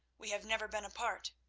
we have never been apart.